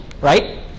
right